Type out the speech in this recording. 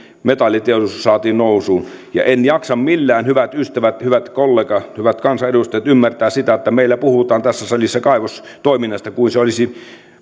metalliteollisuus saatiin nousuun ja en jaksa millään hyvät ystävät hyvät kollegat hyvät kansanedustajat ymmärtää sitä että meillä puhutaan tässä salissa kaivostoiminnasta kuin se olisi